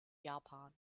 japan